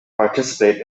participate